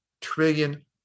trillion